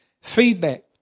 Feedback